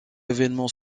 événements